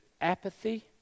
apathy